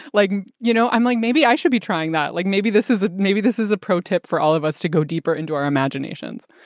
like, you know, i'm like, maybe i should be trying that. like, maybe this is ah maybe this is a protip for all of us to go deeper into our imaginations.